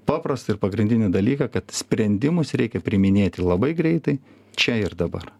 paprastą ir pagrindinį dalyką kad sprendimus reikia priiminėti labai greitai čia ir dabar